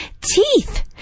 Teeth